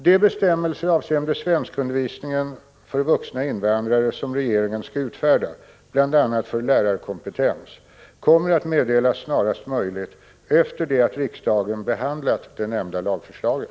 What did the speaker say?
De bestämmelser avseende svenskundervisningen för vuxna invandrare som regeringen skall utfärda, bl.a. för lärarkompetens, kommer att meddelas snarast möjligt efter det att riksdagen behandlat det nämnda lagförslaget.